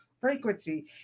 frequency